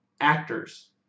actors